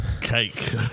cake